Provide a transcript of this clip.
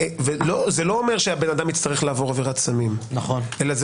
וזה לא אומר שהאדם יצטרך לעבור עבירת סמים אלא זה